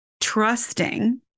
trusting